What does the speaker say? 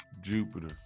Jupiter